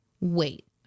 wait